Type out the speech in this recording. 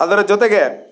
ಅದರ ಜೊತೆಗೆ